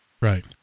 Right